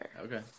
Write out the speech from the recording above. Okay